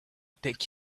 take